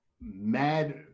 mad